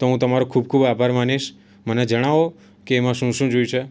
તો હું તમારો ખૂબ ખૂબ આભાર માનીશ મને જણાવો કે એમા શું શું જોઈ છે